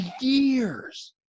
years